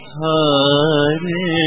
Hare